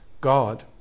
God